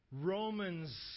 Romans